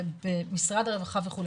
במשרד הרווחה וכו',